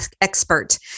expert